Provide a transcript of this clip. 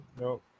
no